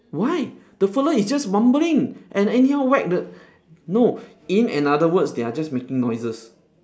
why the fellow is just mumbling and anyhow whack the no in another words they are just making noises